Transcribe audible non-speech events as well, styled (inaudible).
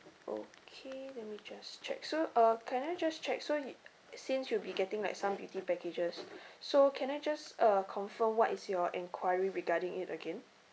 okay then we just check so uh can I just check so you since you'll be getting like some beauty packages (noise) (breath) so can I just uh confirm what is your enquiry regarding it again